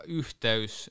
yhteys